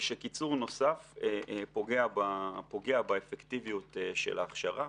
ושקיצור נוסף פוגע באפקטיביות של ההכשרה